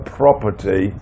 property